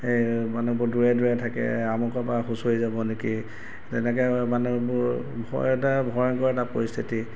মানুহবোৰ দূৰে দূৰে থাকে আমুকৰপৰা সোঁচৰি যাব নেকি তেনেকৈ মানুহবোৰ ভয় এটা ভয়ংকৰ এটা পৰিস্থিতি